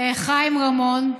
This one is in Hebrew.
חיים רמון,